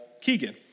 Keegan